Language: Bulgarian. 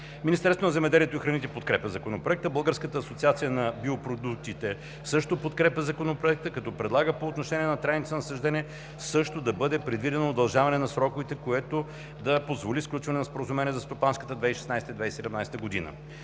Министерството на земеделието и храните подкрепя Законопроекта. Българската Асоциация „Биопродукти” също подкрепя Законопроекта, като предлагат по отношение на трайните насаждения също да бъде предвидено удължаване на сроковете, което да позволи сключване на споразумения за стопанската 2016 – 2017 г.